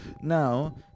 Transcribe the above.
Now